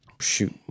shoot